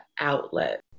outlet